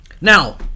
Now